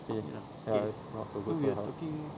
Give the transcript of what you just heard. okay ya it's not so good for health